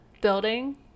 building